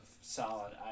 solid